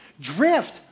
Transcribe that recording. Drift